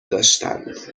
داشتند